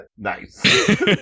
nice